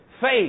faith